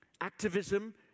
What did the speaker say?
Activism